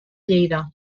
lleida